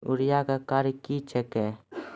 Urea का क्या कार्य हैं?